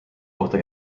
kohta